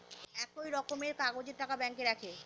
একই রকমের কাগজের টাকা ব্যাঙ্কে রাখে